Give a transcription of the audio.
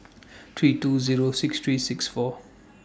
three two Zero six three six four